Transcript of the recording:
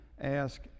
ask